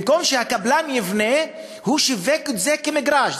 במקום שהקבלן יבנה, הוא שיווק את זה כמגרש.